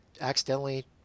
accidentally